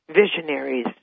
visionaries